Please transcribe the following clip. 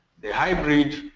the hybrid